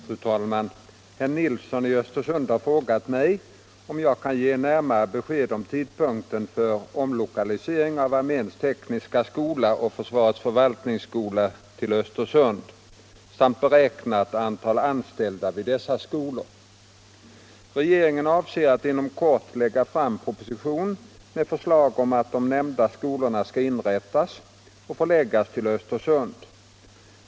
Fru talman! Herr Nilsson i Östersund har frågat mig, om jag kan ge närmare besked om tidpunkten för omlokalisering av arméns tekniska skola och försvarets förvaltningsskola till Östersund samt beräknat antal anställda vid dessa skolor. Regeringen avser att inom kort lägga fram proposition med förslag om att de nämnda skolorna skall inrättas och förläggas till Östersund.